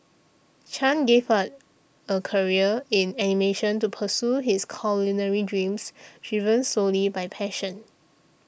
Chan gave a a career in animation to pursue his culinary dreams driven solely by passion